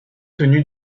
tenu